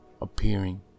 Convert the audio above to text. appearing